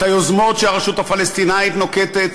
את היוזמות שהרשות הפלסטינית נוקטת